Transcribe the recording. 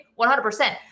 100%